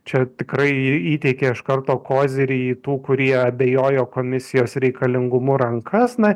čia tikrai įteikė iš karto kozirį į tų kurie abejojo komisijos reikalingumu rankas na